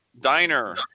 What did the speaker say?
diner